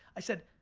i said,